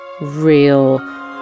real